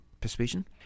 persuasion